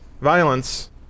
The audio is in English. violence